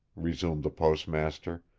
resumed the postmaster,